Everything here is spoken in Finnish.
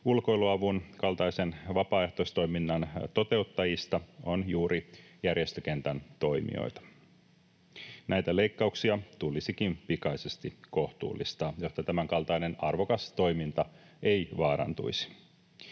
ulkoiluavun kaltaisen vapaaehtoistoiminnan toteuttajista on juuri järjestökentän toimijoita. Näitä leikkauksia tulisikin pikaisesti kohtuullistaa, jotta tämänkaltainen arvokas toiminta ei vaarantuisi.